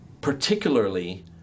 particularly